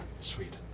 Sweet